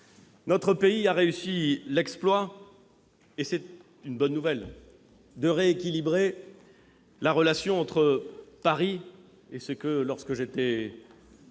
Notre pays a réussi l'exploit- c'est une bonne nouvelle -de rééquilibrer la relation entre Paris et ce que l'on appelait